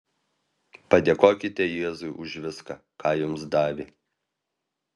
padėkokite jėzui už viską ką jums davė